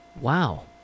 Wow